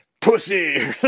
pussy